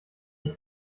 ich